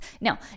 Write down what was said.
Now